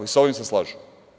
I sa ovim se slažu.